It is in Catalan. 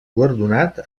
guardonat